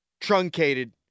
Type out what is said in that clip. truncated